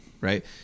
Right